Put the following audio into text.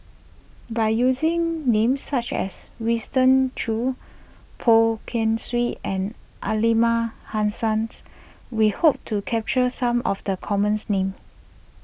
by using names such as Winston Choos Poh Kay Swee and Aliman Hassans we hope to capture some of the commons names